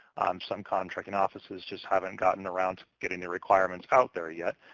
some contracting offices just haven't gotten around to getting their requirements out there yet.